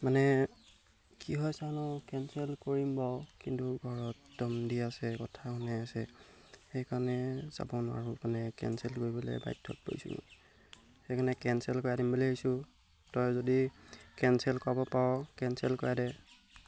মানে কি হয় চাওঁ ন কেঞ্চেল কৰিম বাৰু কিন্তু ঘৰত দম দি আছে কথা শুনাই আছে সেইকাৰণে যাব নোৱাৰোঁ মানে কেঞ্চেল কৰিবলৈ বাধ্যত পৰিছোঁ সেইকাৰণে কেঞ্চেল কৰাই দিম বুলি ভাবিছো তই যদি কেঞ্চেল কৰাব পাৰ' কেঞ্চেল কৰাই দে